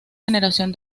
generación